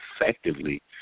effectively